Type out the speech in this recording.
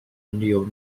neo